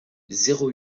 zéro